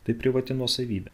tai privati nuosavybė